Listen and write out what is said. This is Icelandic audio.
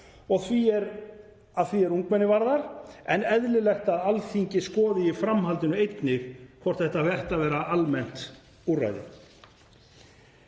að því er ungmenni varðar, en eðlilegt að Alþingi skoði í framhaldinu einnig hvort þetta ætti að vera almennt úrræði.